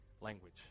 language